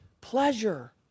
pleasure